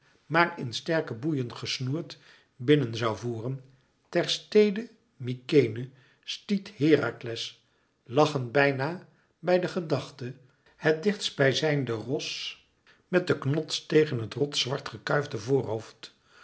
maar in sterke boeien gesnoerd binnen zoû voeren ter stede mykenæ stiet herakles lachend bijna bij de gedachte het dichtst bij zijnde ros met den knots tegen het roszwart gekruifde voorhoofd